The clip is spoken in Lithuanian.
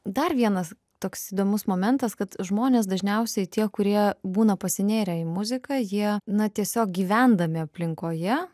dar vienas toks įdomus momentas kad žmonės dažniausiai tie kurie būna pasinėrę į muziką jie na tiesiog gyvendami aplinkoje